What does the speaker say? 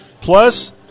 Plus